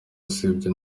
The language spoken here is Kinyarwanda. usibye